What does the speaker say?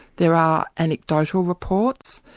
there are anecdotal reports,